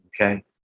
Okay